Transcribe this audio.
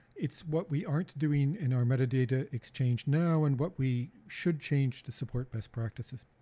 it's what we aren't doing in our metadata exchange now and what we should change to support best practices.